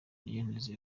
niyonteze